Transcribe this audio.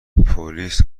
پلیس